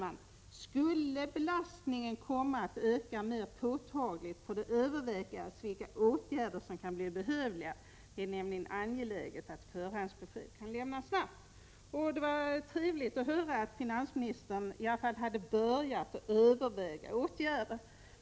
Skulle belastningen komma att öka mer påtagligt, får det övervägas vilka åtgärder som kan bli behövliga. Det är nämligen angeläget att förhandsbesked kan lämnas snabbt. Det var trevligt att höra att finansministern hade börjat överväga åtgärder.